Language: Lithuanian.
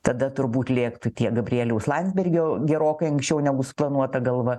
tada turbūt lėktų tie gabrieliaus landsbergio gerokai anksčiau negu suplanuota galva